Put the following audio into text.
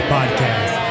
Podcast